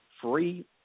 free